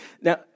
Now